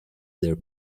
their